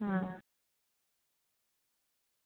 आं